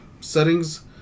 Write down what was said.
settings